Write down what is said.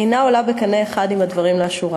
אינה עולה בקנה אחד עם הדברים לאשורם.